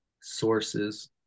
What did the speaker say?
sources